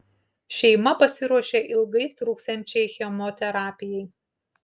šeima pasiruošė ilgai truksiančiai chemoterapijai